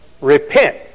Repent